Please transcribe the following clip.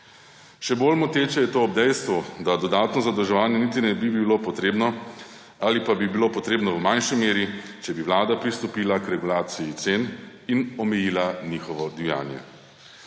Še bolj moteče je to ob dejstvu, da dodatno zadolževanje niti ne bi bilo potrebno ali pa bi bilo potrebno v manjši meri, če bi vlada pristopila k regulaciji cen in omejila njihovo divjanje.